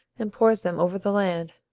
and pours them over the land.